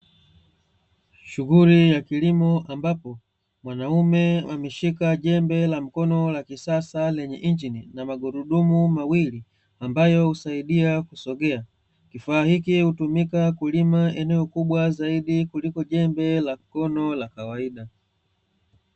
Shughuli ya kilimo ambapo mwanaume ameshika jembe la mkono la kisasa lenye injini na magurudumu mawili ambayo husaidia kusogea. Kifaa hiki hutumika kulima eneo kubwa zaidi kuliko jembe la mkono la kawaida.